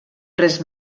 res